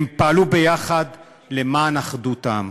הם פעלו ביחד למען אחדות העם.